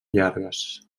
llargues